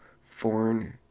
foreign